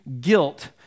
guilt